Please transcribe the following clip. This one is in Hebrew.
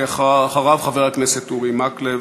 אחריו, חבר הכנסת אורי מקלב.